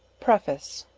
preface.